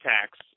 tax